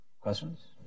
questions